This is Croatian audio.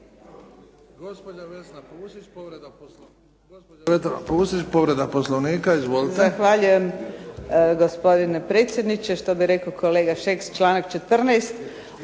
Gospođa Vesna Pusić, povreda Poslovnika.